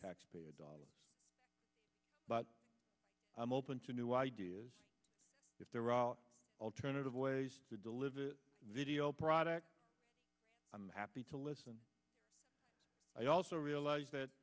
taxpayer dollars but i'm open to new ideas if there are out alternative ways to deliver video products i'm happy to listen i also realize that